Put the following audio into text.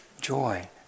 joy